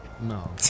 No